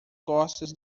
costas